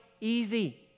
easy